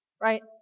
right